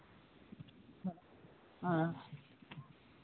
ᱦᱮᱸ